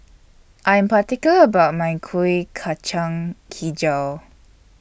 I Am particular about My Kuih Kacang Hijau